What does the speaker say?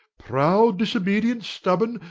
proud, disobedient, stubborn,